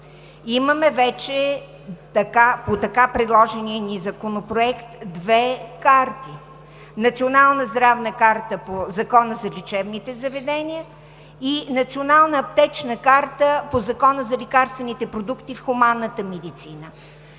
имаме по така предложения ни законопроект две карти – Национална здравна карта по Закона за лечебните заведения и Национална аптечна карта по Закона за лекарствените продукти в хуманната медицина.